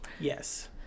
yes